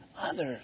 others